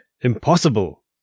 Impossible